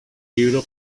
libro